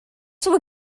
for